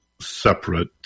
separate